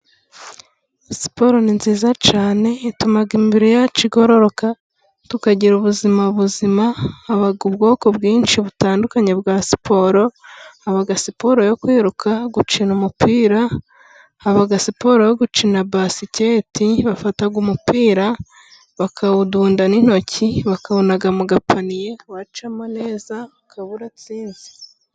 Siporo ni nziza cyane, ituma imibiri yacu igororoka, tukagira ubuzima buzima, haba ubwoko bwinshi butandukanye bwa siporo: habaho siporo yo kwiruka, gukina umupira, haba siporo yo gukina basiketi; bafata umupira bakawudunda n'intoki bakawunaga mu gapaniye, wacamo neza ukaba uratsinze.